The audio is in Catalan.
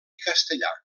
castellà